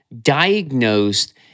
diagnosed